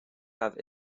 have